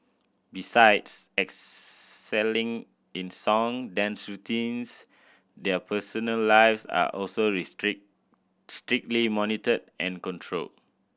besides excelling in song dance routines their personal lives are also restrict strictly monitored and controlled